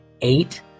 eight